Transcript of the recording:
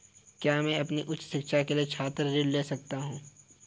क्या मैं अपनी उच्च शिक्षा के लिए छात्र ऋण के लिए पात्र हूँ?